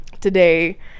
today